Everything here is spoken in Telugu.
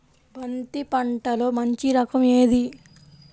బంతి పంటలో మంచి రకం ఏది?